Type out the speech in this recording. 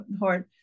hard